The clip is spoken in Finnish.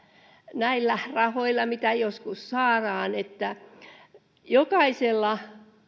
näillä rahoilla mitä joskus saadaan jokaisella